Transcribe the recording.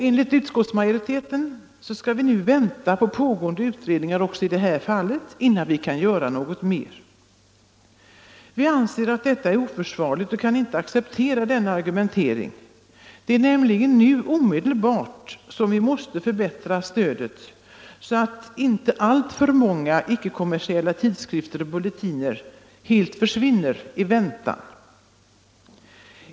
Enligt utskottsmajoriteten bör pågående utredningar avvaktas även i det här fallet innan något mer görs. Vi anser att detta är oförsvarligt och kan inte acceptera denna argumentering. Det är nämligen nu omedelbart som vi måste förbättra stödet så att inte alltför många icke-kommersiella tidskrifter och bulletiner helt försvinner medan vi väntar.